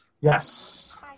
Yes